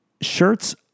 shirts